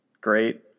great